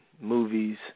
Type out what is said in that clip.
movies